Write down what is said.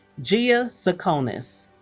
gia ah tsakonas